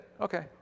Okay